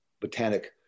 botanic